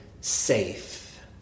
safe